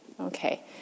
Okay